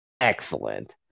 excellent